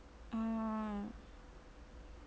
oh